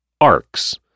ARCS